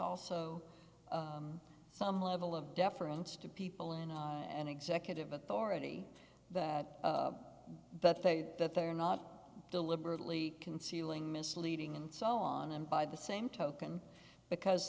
also some level of deference to people in an executive authority that that they that they're not deliberately concealing misleading and so on and by the same token because